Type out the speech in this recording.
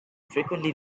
frequently